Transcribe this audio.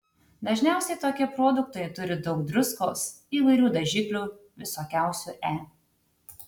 dažniausiai tokie produktai turi daug druskos įvairių dažiklių visokiausių e